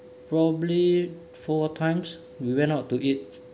probably four times we went out to eat